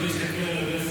הוא לא יסתכל עליי,